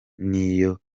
niyo